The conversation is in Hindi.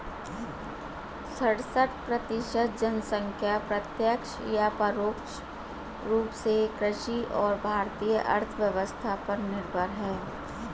सड़सठ प्रतिसत जनसंख्या प्रत्यक्ष या परोक्ष रूप में कृषि और भारतीय अर्थव्यवस्था पर निर्भर है